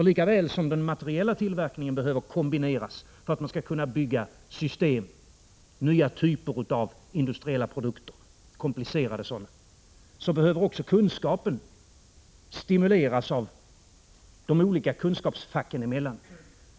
Lika väl som den materiella tillverkningen behöver kombineras för att man skall kunna bygga system och nya typer av komplicerade industriella produkter behöver också kunskapen stimuleras de olika kunskapsfacken emellan.